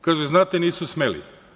Kaže – znate, nisu smeli.